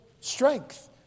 strength